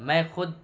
میں خود